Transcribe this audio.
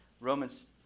Romans